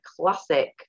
classic